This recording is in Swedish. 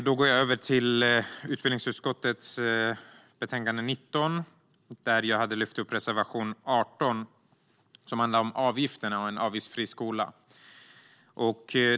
Då går jag över till utbildningsutskottets betänkande 19, där jag hade lyft upp reservation 18, som handlar om avgifterna och en avgiftsfri skola.